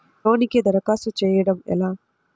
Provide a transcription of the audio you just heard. లోనుకి దరఖాస్తు చేయడము ఎలా?